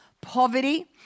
poverty